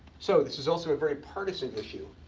so this is also a very partisan issue.